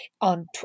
on